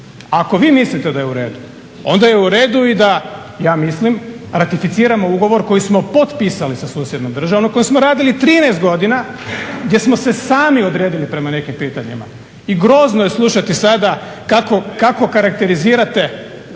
Ako vi mislite da je u redu onda je u redu i da, ja mislim ratificiramo ugovor koji smo potpisali sa susjednom državom na kojem smo radili 13 godina gdje smo se sami odredili prema nekim pitanjima i grozno je slušati sada kako karakterizirate